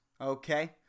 Okay